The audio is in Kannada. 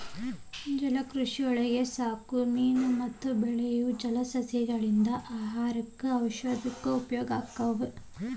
ಜಲಕೃಷಿಯೊಳಗ ಸಾಕೋ ಮೇನು ಮತ್ತ ಬೆಳಿಯೋ ಜಲಸಸಿಗಳಿಂದ ಆಹಾರಕ್ಕ್ ಮತ್ತ ಔಷದ ತಯಾರ್ ಮಾಡಾಕ ಅನಕೂಲ ಐತಿ